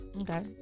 okay